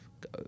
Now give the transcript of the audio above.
Go